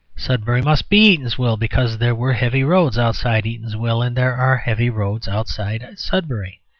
sudbury must be eatanswill because there were heavy roads outside eatanswill, and there are heavy roads outside sudbury.